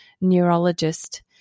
neurologist